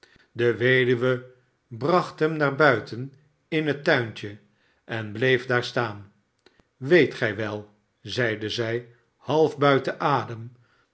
de weduwe bracht hem naar buiten in het tuintje en bleef daar staan sweet gij wel zeide zij half buiten adem